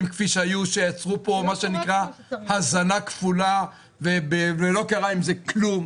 כפי שהיו שיצרו פה מה שנקרא הזנה כפולה ולא קרה עם זה כלום.